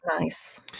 nice